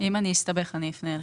אם אני אסתבך אני אפנה אליך.